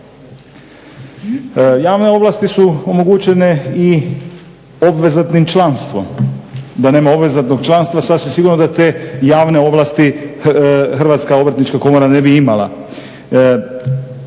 Javne ovlasti su omoguće i obvezatnim članstvom. Da nema obvezatnog članstva, sasvim sigurno da te javne ovlasti Hrvatska obrtnička komora ne bi imala.